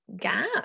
gap